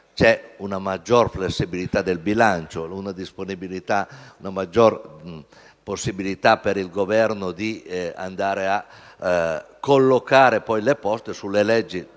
c'è una maggiore flessibilità del bilancio, una maggiore possibilità per il Governo di collocare le poste sulle leggi